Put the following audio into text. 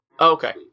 Okay